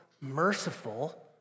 merciful